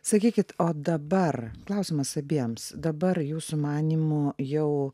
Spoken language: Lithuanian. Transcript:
sakykit o dabar klausimas abiems dabar jūsų manymu jau